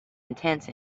intense